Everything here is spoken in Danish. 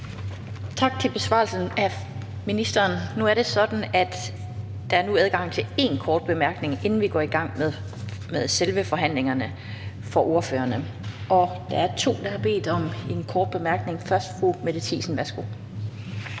Tak til ministeren for besvarelsen. Så er det sådan, at der nu er adgang til én kort bemærkning til ordførerne, inden vi går i gang med selve forhandlingerne, og der er indtil videre to, der har bedt om en kort bemærkning. Først er det fru Mette Thiesen. Værsgo.